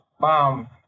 mom